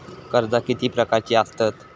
कर्जा किती प्रकारची आसतत